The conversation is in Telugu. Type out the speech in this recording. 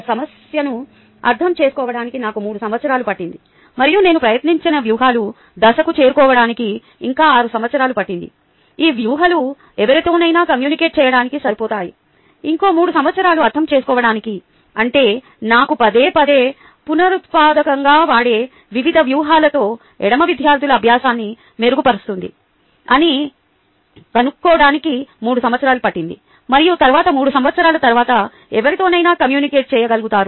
సమస్యను అర్థం చేసుకోవడానికి నాకు 3 సంవత్సరాలు పట్టింది మరియు నేను ప్రయత్నించిన వ్యూహాలు దశకు చేరుకోవడానికి ఇంకా 6 సంవత్సరాలు పట్టింది ఈ వ్యూహాలు ఎవరితోనైనా కమ్యూనికేట్ చేయడానికి సరిపోతాయి ఇంకో 3 సంవత్సరాలు అర్థం చేసుకోవడానికి అంటే నాకు పదేపదే పునరుత్పాదకంగా వాడే వివిధ వ్యూహాలతో ఎడమ విద్యార్థుల అభ్యాసాన్ని మెరుగుపరుస్తుంది అని కన్నుకోడానికి మూడు సంవత్సరాలు పట్టింది మరియు తరువాత 3 సంవత్సరాల తరువాత ఎవరితోనైనా కమ్యూనికేట్ చేయగలుగుతారు